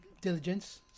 diligence